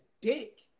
dick